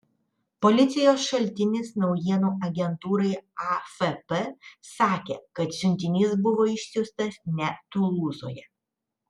policijos šaltinis naujienų agentūrai afp sakė kad siuntinys buvo išsiųstas ne tulūzoje